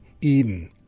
Eden